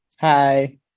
Hi